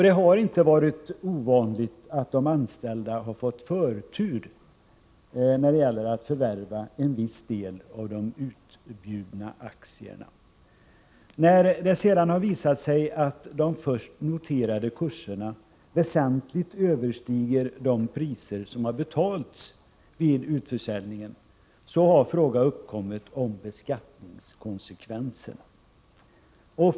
Det har inte varit ovanligt att anställda fått förtur när det gäller att förvärva en viss andel av de utbjudna aktierna. När det sedan visat sig att de först noterade kurserna väsentligt överstiger de priser som gällt vid utförsäljningen, har frågan om beskattningskonsekvenserna uppkommit.